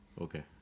Okay